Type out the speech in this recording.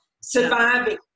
surviving